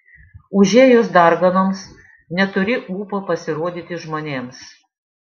užėjus darganoms neturi ūpo pasirodyti žmonėms